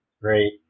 great